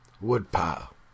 woodpile